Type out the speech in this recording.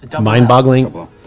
Mind-boggling